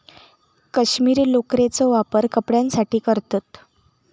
कश्मीरी लोकरेचो वापर कपड्यांसाठी करतत